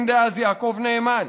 המשפטים דאז יעקב נאמן,